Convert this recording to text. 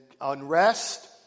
unrest